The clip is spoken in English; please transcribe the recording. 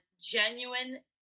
genuine